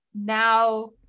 Now